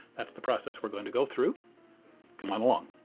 that's the process we're going to go through come on along.